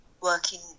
working